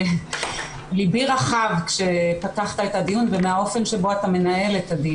ליבי רחב כשפתחת את הדיון ומהאופן שבו אתה מנהל אותו.